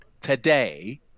today